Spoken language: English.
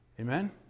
Amen